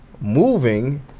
moving